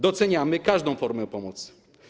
Doceniamy każdą formę pomocy.